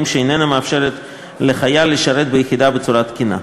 שאינם מאפשרים לחייל לשרת ביחידה בצורה תקינה.